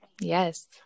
Yes